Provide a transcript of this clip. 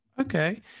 Okay